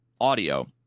audio